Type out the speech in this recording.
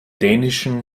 dänischen